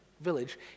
village